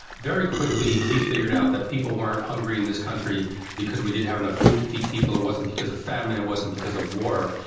very quickly, we figured out that people weren't hungry in this country because we didn't have enough food to feed people. it wasn't because of famine, it wasn't because of war.